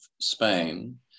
Spain